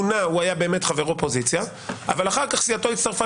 מונה הוא היה חבר אופוזיציה אבל אחר כך סיעתו הצטרפה